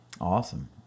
awesome